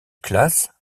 classe